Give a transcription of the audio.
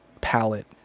palette